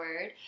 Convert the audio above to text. word